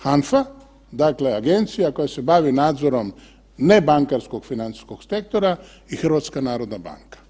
HANFA, dakle Agencija koja se bavi nadzorom nebankarskog financijskog sektora i HNB.